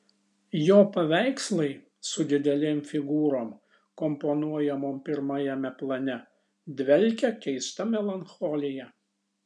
jo paveikslai su didelėm figūrom komponuojamom pirmajame plane dvelkia keista melancholija